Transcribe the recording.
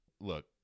look